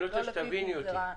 אני רוצה שתביני אותי,